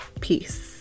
Peace